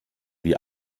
wie